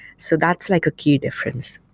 so that's like a key difference,